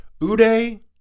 Uday